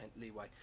leeway